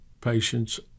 patients